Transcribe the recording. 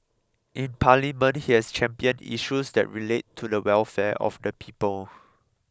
in Parliament he has championed issues that relate to the welfare of the people